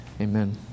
Amen